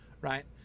right